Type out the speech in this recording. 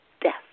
death